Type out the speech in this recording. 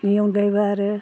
बेनि अनगायैबो आरो